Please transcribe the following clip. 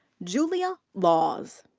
julia laws.